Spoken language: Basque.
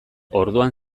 orduan